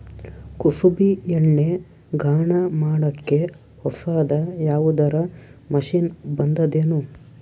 ಕುಸುಬಿ ಎಣ್ಣೆ ಗಾಣಾ ಮಾಡಕ್ಕೆ ಹೊಸಾದ ಯಾವುದರ ಮಷಿನ್ ಬಂದದೆನು?